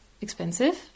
expensive